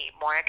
more